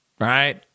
right